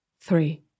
Three